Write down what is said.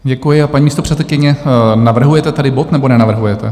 Děkuji, a paní místopředsedkyně, navrhujete tedy bod, nebo nenavrhujete?